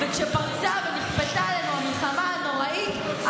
וכשפרצה ונכפתה עלינו המלחמה הנוראית,